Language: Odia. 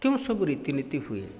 କେଉଁ ସବୁ ରୀତିନୀତି ହୁଏ